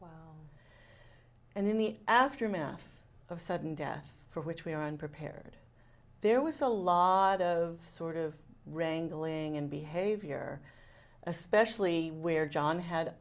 and in the aftermath of sudden death for which we are unprepared there was a lot of sort of wrangling and behavior especially where john had